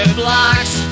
blocks